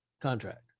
contract